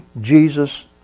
Jesus